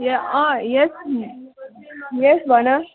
अँ ए yes yes भन